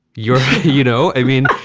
you're you know, i mean,